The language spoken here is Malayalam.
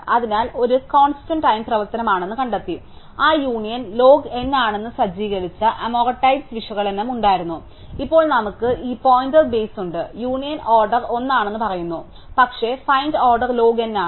അതിനാൽ ഒരു കോൺസ്റ്റന്റ് ടൈം പ്രവർത്തനമാണെന്ന് ഞങ്ങൾ കണ്ടെത്തി ആ യൂണിയൻ ലോഗ് n ആണെന്ന് സജ്ജീകരിച്ച അമ്മോർടൈസ്ഡ് വിശകലനം ഞങ്ങൾക്കുണ്ടായിരുന്നു ഇപ്പോൾ നമുക്ക് ഈ പോയിന്റർ ബേസ് ഉണ്ട് യൂണിയൻ ഓർഡർ 1 ആണെന്ന് പറയുന്നു പക്ഷേ ഫൈൻഡ് ഓർഡർ ലോഗ് എൻ ആണ്